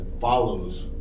follows